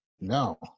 No